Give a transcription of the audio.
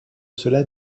cela